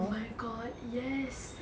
oh my god yes